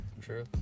true